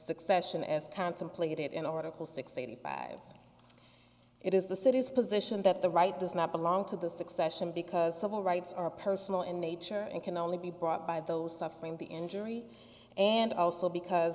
succession as contemplated in article six eighty five it is the city's position that the right does not belong to the succession because civil rights are personal in nature and can only be brought by those suffering the injury and also because